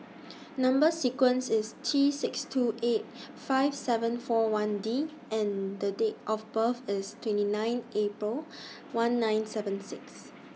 Number sequence IS T six two eight five seven four one D and Date of birth IS twenty nine April one nine seven six